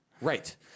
Right